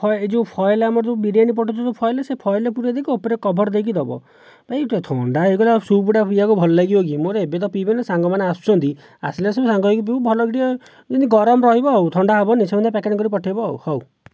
ହଁ ଏ ଯେଉଁ ଫଏଲ୍ ଆମର ଯେଉଁ ବିରିୟାନି ପଠାଉଛ ଯେଉଁ ଫଏଲ୍ ସେ ଫଏଲ୍ରେ ପୁରାଇଦେଇକି ଉପରେ କଭର ଦେଇକି ଦେବ ଭାଇ ଗୋଟିଏ ଥଣ୍ଡା ହୋଇଗଲେ ଆଉ ସୁପ୍ଟା ପିଇବାକୁ ଭଲ ଲାଗିବକି ମୋର ଏବେତ ପିଇବିନାହିଁ ସାଙ୍ଗମାନେ ଆସୁଛନ୍ତି ଆସିଲେ ସବୁ ସାଙ୍ଗ ହୋଇକି ପିଇବୁ ଭଲକି ଟିକିଏ ଯେମିତି ଗରମ ରହିବ ଆଉ ଥଣ୍ଡା ହେବନାହିଁ ସେମିତିକା ପ୍ୟାକେଟ୍ କରି ପଠାଇବ ଆଉ ହେଉ